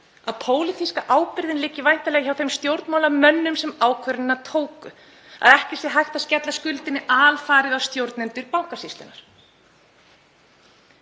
að pólitíska ábyrgðin lægi væntanlega hjá þeim stjórnmálamönnum sem ákvarðanirnar tóku, að ekki væri hægt að skella skuldinni alfarið á stjórnendur Bankasýslunnar.